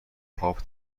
پاپ